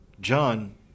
John